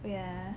ya